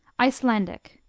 icelandic